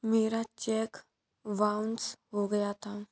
मेरा cheque bounce हो गया था